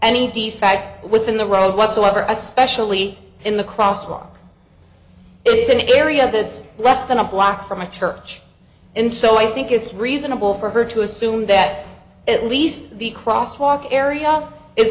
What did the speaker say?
defect within the road whatsoever especially in the crosswalk is an area that's less than a block from my church and so i think it's reasonable for her to assume that at least the crosswalk area is